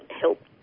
help